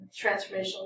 transformational